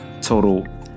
total